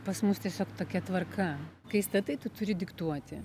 pas mus tiesiog tokia tvarka kai statai tu turi diktuoti